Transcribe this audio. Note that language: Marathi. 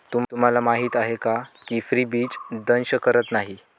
तुम्हाला माहीत आहे का की फ्रीबीज दंश करत नाही